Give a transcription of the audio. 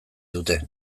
dute